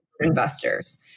investors